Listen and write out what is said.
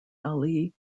ali